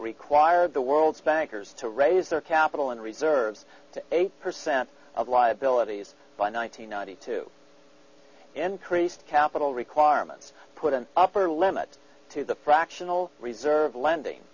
require the world's bankers to raise their capital and reserves eighty percent of liabilities by nine hundred ninety two increased capital requirements put an upper limit to the fractional reserve lending